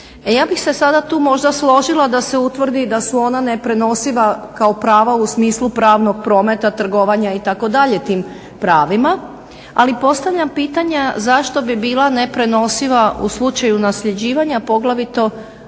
ja bih se sada tu možda složila da se utvrdi da su ona neprenosiva kao prava u smislu pravnog prometa, trgovanja itd. tim pravima, ali postavljam pitanja zašto bi bila neprenosiva u slučaju nasljeđivanja poglavito